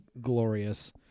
glorious